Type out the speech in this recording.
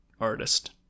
artist